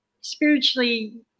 spiritually